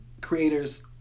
creators